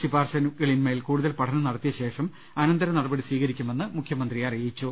ശുപാർശക ളിന്മേൽ കൂടുതൽ പഠനം നടത്തിയശേഷം അനന്തര നടപടി സ്വീകരിക്കുമെന്ന് മുഖ്യമന്ത്രി അറിയിച്ചു